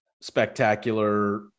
spectacular